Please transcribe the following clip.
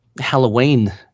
Halloween